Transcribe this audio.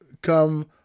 come